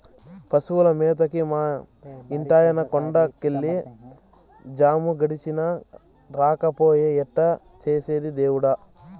పశువుల మేతకి మా ఇంటాయన కొండ కెళ్ళి జాము గడిచినా రాకపాయె ఎట్టా చేసేది దేవుడా